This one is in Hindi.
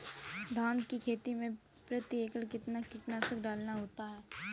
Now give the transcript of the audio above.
धान की खेती में प्रति एकड़ कितना कीटनाशक डालना होता है?